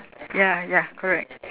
ya ya correct